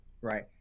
Right